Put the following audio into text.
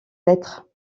lettres